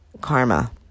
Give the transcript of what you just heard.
karma